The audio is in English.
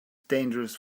dangerous